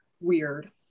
weird